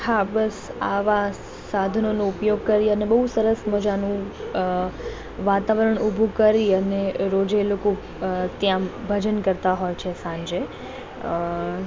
હા બસ આવાં સાધનોનો ઉપયોગ કરી અને બહુ સરસ મજાનું અ વાતાવરણ ઉભું કરી અને રોજે એ લોકો અ ત્યાં ભજન કરતા હોય છે સાંજે